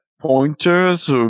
pointers